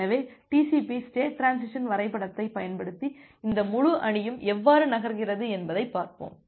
எனவே TCP state transition வரைபடத்தைப் பயன்படுத்தி இந்த முழு அணியும் எவ்வாறு நகர்கிறது என்பதைப் பார்ப்போம்